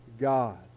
God